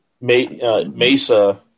Mesa